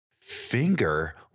finger